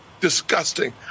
disgusting